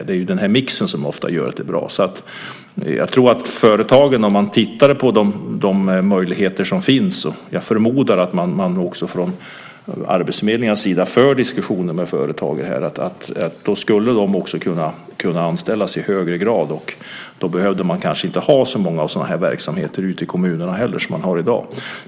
Det är mixen som ofta gör att det är bra. Man bör titta på de möjligheter som finns för företagen. Jag förmodar att man också från arbetsförmedlingarnas sida för diskussioner med företag. Då skulle de människorna också kunna anställas i högre grad, och då behövde man kanske inte heller ha så många verksamheter ute i kommunerna som man har i dag.